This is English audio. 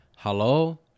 Hello